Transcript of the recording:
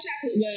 chocolate